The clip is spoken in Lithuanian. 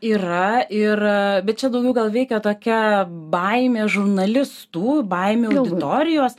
yra ir bet čia daugiau gal veikia tokia baimė žurnalistų baimė auditorijos